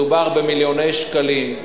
מדובר במיליוני שקלים.